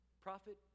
prophet